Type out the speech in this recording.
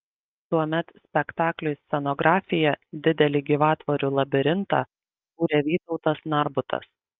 tuomet spektakliui scenografiją didelį gyvatvorių labirintą kūrė vytautas narbutas